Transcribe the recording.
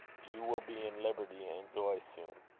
you will be in liberty and joy soon.